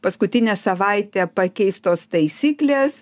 paskutinę savaitę pakeistos taisyklės